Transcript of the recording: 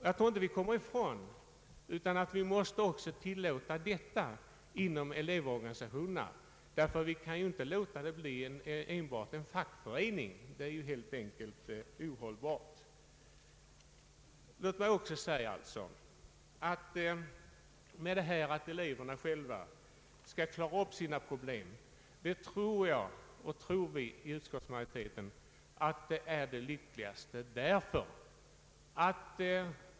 Jag tror inte att vi kommer ifrån att tillåta detta också inom elevorganisationerna. Tanken att vi skulle låta dem bli enbart fackföreningar är helt enkelt ohållbar. Att eleverna själva får klara upp sina problem tror vi inom utskottsmajoriteten är det lyckligaste.